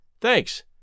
Thanks